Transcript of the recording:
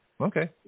Okay